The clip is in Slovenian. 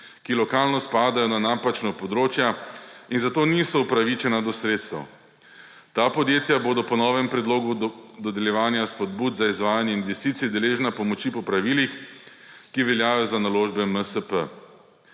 ki lokalno spadajo na napačna področja in zato niso upravičena do sredstev. Ta podjetja bodo po novem predlogu dodeljevanja spodbud za izvajanje investicij deležna pomoči po pravilih, ki veljajo za naložbe MSP.